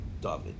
David